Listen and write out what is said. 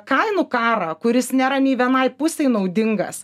kainų karą kuris nėra nei vienai pusei naudingas